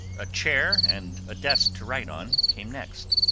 a chair, and a desk to write on, came next.